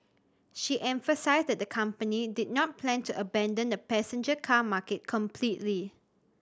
she emphasised that the company did not plan to abandon the passenger car market completely